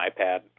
iPad